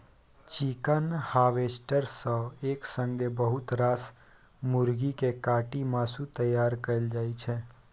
chicken harvester सँ एक संगे बहुत रास मुरगी केँ काटि मासु तैयार कएल जाइ छै